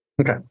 Okay